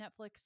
Netflix